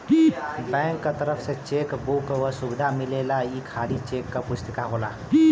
bank क तरफ से चेक बुक क सुविधा मिलेला ई खाली चेक क पुस्तिका होला